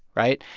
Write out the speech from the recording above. right?